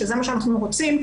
שזה מה שאנחנו רוצים,